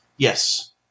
Yes